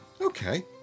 Okay